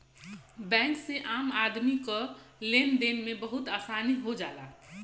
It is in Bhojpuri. बैंक से आम आदमी क लेन देन में बहुत आसानी हो जाला